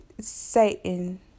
Satan